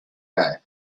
guy